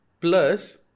Plus